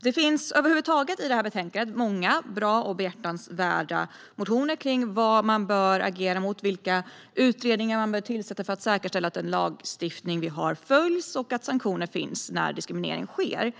Det finns över huvud taget i detta betänkande många bra och behjärtansvärda motioner om vad man bör agera mot och vilka utredningar man bör tillsätta för att säkerställa att den lagstiftning vi har följs och att sanktioner finns när diskriminering sker.